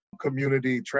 community